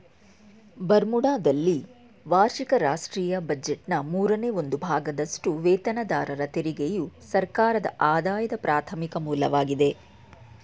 ಬರ್ಮುಡಾದಲ್ಲಿ ವಾರ್ಷಿಕ ರಾಷ್ಟ್ರೀಯ ಬಜೆಟ್ನ ಮೂರನೇ ಒಂದು ಭಾಗದಷ್ಟುವೇತನದಾರರ ತೆರಿಗೆಯು ಸರ್ಕಾರದಆದಾಯದ ಪ್ರಾಥಮಿಕ ಮೂಲವಾಗಿದೆ